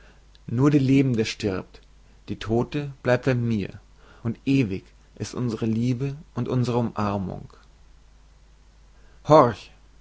nur die lebende stirbt die todte bleibt bei mir und ewig ist unsre liebe und unsre umarmung horch